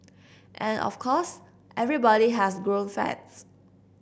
and of course everybody has grown fat